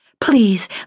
Please